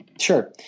Sure